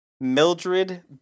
Mildred